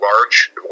large